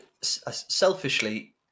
selfishly